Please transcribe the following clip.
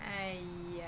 !aiya!